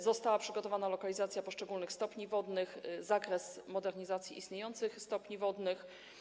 Została przygotowana lokalizacja poszczególnych stopni wodnych, zakres modernizacji istniejących stopni wodnych.